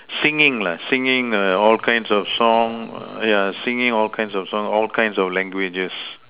singing lah singing err all kinds of song yeah singing all kinds of song all kinds of languages